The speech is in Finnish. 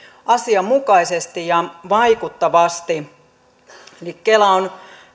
asianmukaisesti ja vaikuttavasti eli kela on